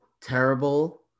terrible